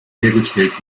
hergestellt